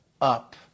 up